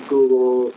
Google